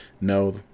No